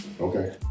Okay